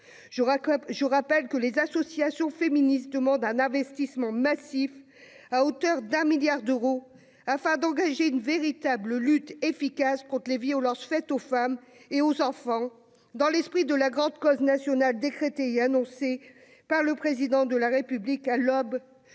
Je rappelle que les associations féministes demandent un investissement massif, à hauteur d'un milliard d'euros, afin d'engager efficacement une véritable lutte contre les violences faites aux femmes et aux enfants dans l'esprit de la grande cause nationale décrétée et annoncée par le Président de la République à l'aube